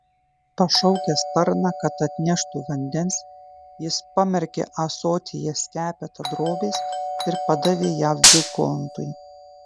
pašaukęs tarną kad atneštų vandens jis pamerkė ąsotyje skepetą drobės ir padavė ją vikontui